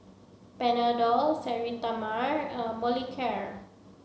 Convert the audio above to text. Panadol Sterimar and Molicare